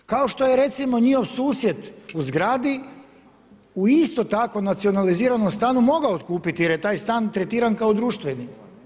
Kao što, recimo njihov susjed u zgradi u isto tako nacionaliziranom stanu mogao otkupiti jer je taj stan tretiran kao društveni.